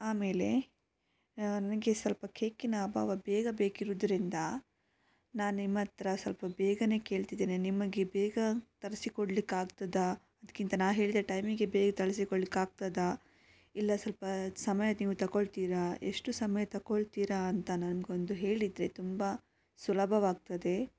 ಆಮೇಲೆ ನನಗೆ ಸ್ವಲ್ಪ ಕೇಕಿನ ಅಭಾವ ಬೇಗ ಬೇಕಿರೋದ್ರಿಂದ ನಾನು ನಿಮ್ಮ ಹತ್ರ ಸ್ವಲ್ಪ ಬೇಗನೇ ಕೇಳ್ತಿದ್ದೀನಿ ನಿಮಗೆ ಬೇಗ ತರಸಿಕೊಡ್ಲಿಕ್ಕೆ ಆಗ್ತದ ಅದ್ಕಿಂತ ನಾ ಹೇಳಿದ ಟೈಮಿಗೆ ಬೇಗ ಕಳಿಸಿ ಕೊಡ್ಲಿಕ್ಕೆ ಆಗ್ತದ ಇಲ್ಲ ಸ್ವಲ್ಪ ಸಮಯ ನೀವು ತಗೋಳ್ತೀರ ಎಷ್ಟು ಸಮಯ ತಗೊಳ್ತೀರ ಅಂತ ನನಗೊಂದು ಹೇಳಿದರೆ ತುಂಬ ಸುಲಭವಾಗ್ತದೆ